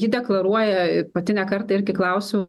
ji deklaruoja pati ne kartą irgi klausiau